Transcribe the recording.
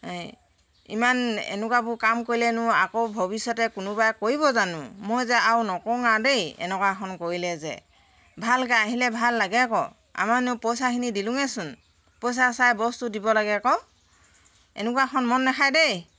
এই ইমান এনেকুৱাবোৰ কাম কৰিলেনো আকৌ ভৱিষ্যতে কোনোবাই কৰিব জানোঁ মই যে আৰু নকৰোঁ আৰু দেই এনেকুৱাখন কৰিলে যে ভালকৈ আহিলে ভাল লাগে আক আমাৰনো পইচাখিনি দিলোৱেচোন পইচা চাই বস্তু দিব লাগে আকৌ এনেকুৱাখন মন নাখায় দেই